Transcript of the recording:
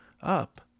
up